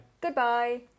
Goodbye